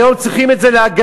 היום צריכים את זה להגנה.